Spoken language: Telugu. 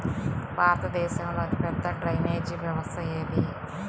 భారతదేశంలో అతిపెద్ద డ్రైనేజీ వ్యవస్థ ఏది?